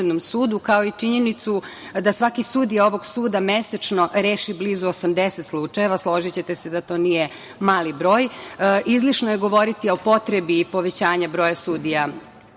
kao i činjenicu da svaki sudija ovog suda mesečno reši blizu 80 slučajeva, složićete se da to nije mali broj, izlišno je govoriti o potrebi povećanja broja sudija